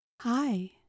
Hi